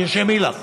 תרשמי לך,